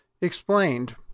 explained